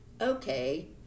Okay